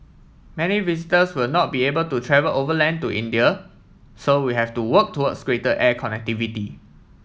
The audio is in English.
many visitors will not be able to travel overland to India so we have to work towards greater air connectivity